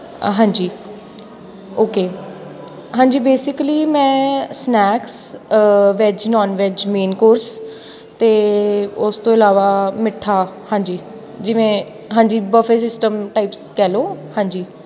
ਹਾਂਜੀ ਓਕੇ ਹਾਂਜੀ ਬੇਸਿਕਲੀ ਮੈਂ snacks veg non veg main course ਅਤੇ ਉਸ ਤੋਂ ਇਲਾਵਾ ਮਿੱਠਾ ਹਾਂਜੀ ਜਿਵੇਂ ਹਾਂਜੀ ਬਫੇ ਸਿਸਟਮ ਟਾਈਪਸ ਕਹਿ ਲਉ ਹਾਂਜੀ